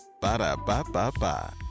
Ba-da-ba-ba-ba